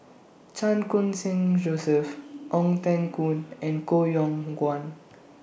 Chan Khun Sing Joseph Ong Teng Koon and Koh Yong Guan